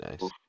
nice